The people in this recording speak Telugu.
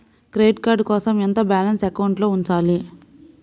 క్రెడిట్ కార్డ్ కోసం ఎంత బాలన్స్ అకౌంట్లో ఉంచాలి?